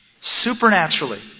supernaturally